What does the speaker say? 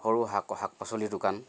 সৰু শাক শাক পাচলিৰ দোকান